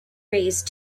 raise